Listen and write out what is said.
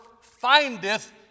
findeth